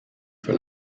für